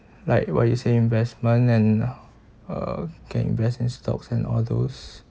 like what you say investment and uh can invest in stocks and all those